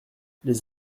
les